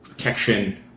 protection